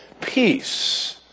peace